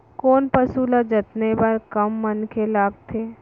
कोन पसु ल जतने बर कम मनखे लागथे?